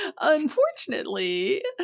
unfortunately